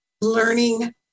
learning